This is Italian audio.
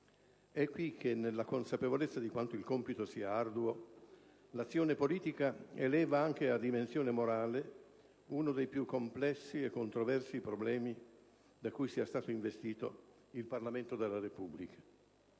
E' qui che, nella consapevolezza di quanto il compito sia arduo, l'azione politica eleva anche a dimensione morale uno dei più complessi e controversi problemi di cui sia stato investito il Parlamento della Repubblica.